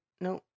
No